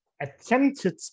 attempted